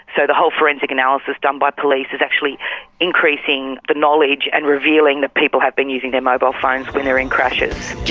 so the whole forensics analysis done by police is actually increasing the knowledge and revealing that people have been using their mobile phones when they are in crashes.